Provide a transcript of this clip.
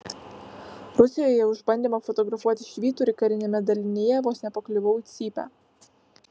rusijoje už bandymą fotografuoti švyturį kariniame dalinyje vos nepakliuvau į cypę